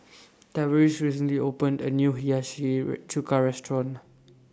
Tavaris recently opened A New Hiyashi Chuka Restaurant